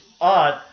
odd